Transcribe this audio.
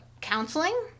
counseling